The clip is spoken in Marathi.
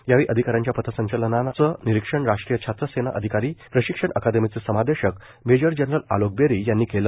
यावेळी अधिका यांच्या पथसंचालनाचं निरीक्षण राष्ट्रीय छात्र सेना अधिकारी प्रशिक्षण अकादमीचे समादेशक मेजर जनरल आलोक बेरी यांनी केल